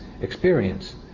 experience